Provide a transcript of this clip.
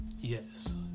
Yes